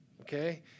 Okay